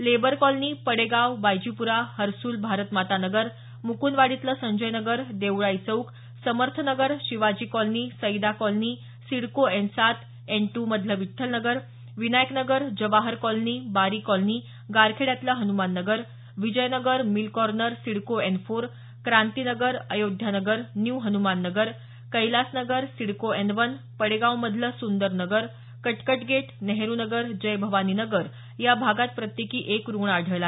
labour colony Padegaon Baijipura Harsul Bharatmata Nagar मुकुंदवाडीतलं Sanjay Nagar Deolai Chowk Samarth Nagar Shivaji colony Saida colony CIDCO N सात N two मधलं विठ्ठल नगर विनायक नगर जवाहर कॉलनी बारी कॉलनी गारखेड्यातलं Hanuman Nagar Vijay Nagar mill corner CIDCO N four Kranti Nagar Ayodhya Nagar new Hanuman Nagar Kailas Nagar CIDCO N one पडेगावमधलं Sundar Nagar Katkat gate Nehru Nagar Jai Bhavani Nagar या भागात प्रत्येकी एक रुग्ण आढळला